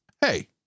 hey